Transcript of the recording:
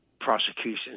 prosecutions